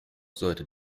sollte